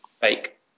fake